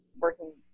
working